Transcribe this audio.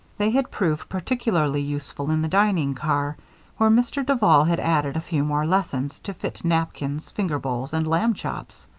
they had proved particularly useful in the dining-car where mr. duval had added a few more lessons to fit napkins, finger-bowls, and lamb chops.